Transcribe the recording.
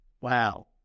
Wow